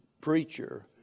preacher